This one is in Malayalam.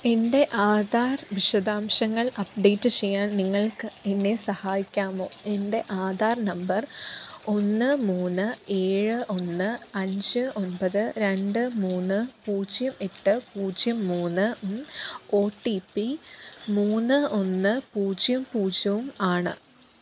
എൻ്റെ ആധാർ വിശദാംശങ്ങൾ അപ്ഡേറ്റ് ചെയ്യാൻ നിങ്ങൾക്ക് എന്നെ സഹായിക്കാമോ എൻ്റെ ആധാർ നമ്പർ ഒന്ന് മൂന്ന് ഏഴ് ഒന്ന് അഞ്ച് ഒൻപത് രണ്ട് മൂന്ന് പൂജ്യം എട്ട് പൂജ്യം മൂന്ന് ഉം ഒ ടി പി മൂന്ന് ഒന്ന് പൂജ്യം പൂജ്യവും ആണ്